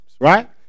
right